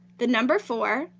the number four,